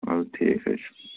اَدٕ حظ ٹھیٖک حظ چھُ